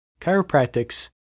chiropractics